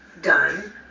done